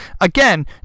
again